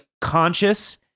conscious